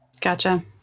gotcha